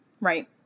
Right